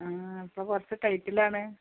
ആ ഇപ്പം കുറച്ച് ടൈറ്റിലാണ്